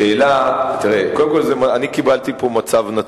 השאלה, תראה, קודם כול, אני קיבלתי פה מצב נתון.